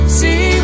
see